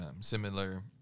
similar